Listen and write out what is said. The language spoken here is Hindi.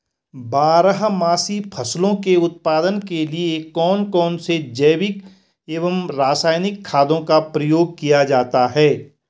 बारहमासी फसलों के उत्पादन के लिए कौन कौन से जैविक एवं रासायनिक खादों का प्रयोग किया जाता है?